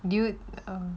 dude